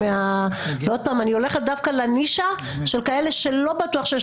ואני דווקא הולכת לנישה של כאלה שלא בטוח שיש